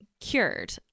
cured